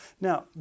Now